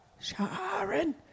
Sharon